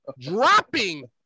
dropping